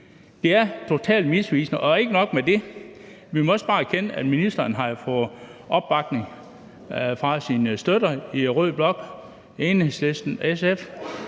Det er totalt misvisende. Og ikke nok med det, men vi må også bare erkende, at ministeren har fået opbakning fra sine støtter i rød blok, Enhedslisten, SF